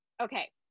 okay